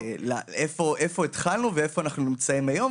איפה התחלנו ואיפה אנחנו נמצאים היום,